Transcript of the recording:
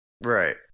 right